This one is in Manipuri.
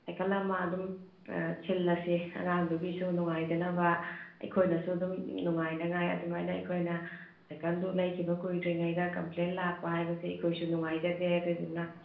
ꯁꯥꯏꯀꯜ ꯑꯃ ꯑꯗꯨꯝ ꯁꯤꯜꯂꯁꯤ ꯑꯉꯥꯡꯗꯨꯒꯤꯁꯨ ꯅꯨꯡꯉꯥꯏꯖꯅꯕ ꯑꯩꯈꯣꯏꯅꯁꯨ ꯑꯗꯨꯝ ꯅꯨꯡꯉꯥꯏꯅꯉꯥꯏ ꯑꯗꯨꯃꯥꯏꯅ ꯑꯩꯈꯣꯏꯅ ꯁꯥꯏꯀꯟꯗꯨ ꯂꯩꯈꯤꯕ ꯀꯨꯏꯗ꯭ꯔꯤꯉꯩꯗ ꯀꯝꯄ꯭ꯂꯦꯟ ꯂꯥꯛꯄ ꯍꯥꯏꯕꯁꯤ ꯑꯩꯈꯣꯏꯁꯨ ꯅꯨꯡꯉꯥꯏꯖꯗꯦ ꯑꯗꯨꯗꯨꯅ